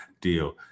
deal